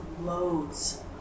loads